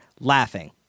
laughing